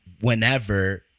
whenever